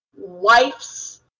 wife's